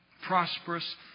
prosperous